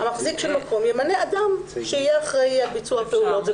"המחזיק של מקום ימנה אדם שיהיה אחראי על ביצוע הפעולות".